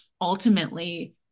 ultimately